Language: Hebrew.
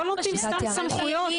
לא נותנים סתם סמכויות.